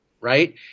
right